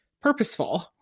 purposeful